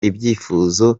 ibyifuzo